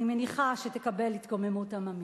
אני מניחה שתקבל התקוממות עממית.